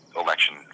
election